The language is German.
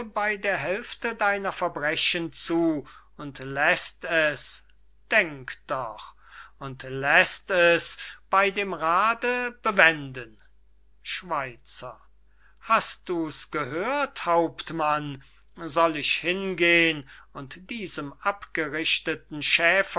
bey der hälfte deiner verbrechen zu und läßt es denk doch und läßt es bey dem rade bewenden schweizer hast du's gehört hauptmann soll ich hingeh'n und diesem abgerichteten